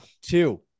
two